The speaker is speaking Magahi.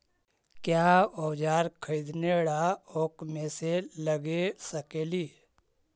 क्या ओजार खरीदने ड़ाओकमेसे लगे सकेली?